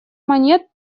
монет